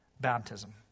baptism